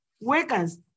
workers